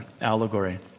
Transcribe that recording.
allegory